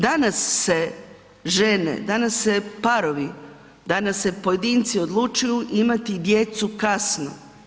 Danas se žene, danas se parovi, danas se pojedinci odlučuju imati djecu kasno.